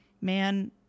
man